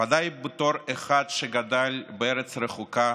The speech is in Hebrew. בוודאי בתור אחד שגדל בארץ רחוקה